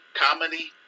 comedy